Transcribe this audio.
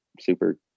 super